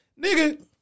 Nigga